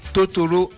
Totoro